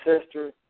sister